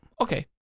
Okay